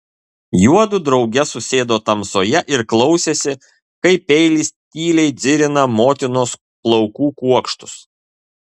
juodu drauge susėdo tamsoje ir klausėsi kaip peilis tyliai dzirina motinos plaukų kuokštus